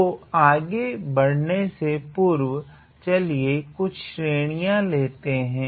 तो आगे बढ़ाने से पूर्व चलिए कुछ श्रेणी लेते हैं